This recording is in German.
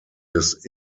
des